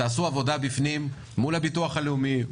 תעשו עבודה בפנים מול הביטוח הלאומי,